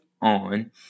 on